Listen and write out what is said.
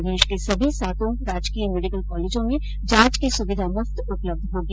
प्रदेश के सभी सातों राजकीय मेडिकल कॉलेजों में जांच की सुविधा मुफ्त उपलब्ध होगी